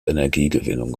energiegewinnung